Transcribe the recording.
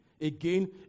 Again